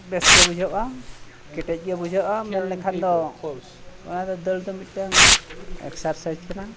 ᱵᱮᱥ ᱜᱮ ᱵᱩᱡᱷᱟᱹᱜᱼᱟ ᱠᱮᱴᱮᱡ ᱜᱮ ᱵᱩᱡᱷᱟᱹᱜᱼᱟ ᱢᱮᱱ ᱞᱮᱠᱷᱟᱱ ᱫᱚ ᱚᱱᱟ ᱫᱚ ᱫᱟᱹᱲ ᱫᱚ ᱢᱤᱫᱴᱟᱝ ᱮᱠᱥᱟᱨᱥᱟᱭᱤᱡ ᱠᱟᱱᱟ